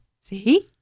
See